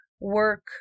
work